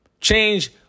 Change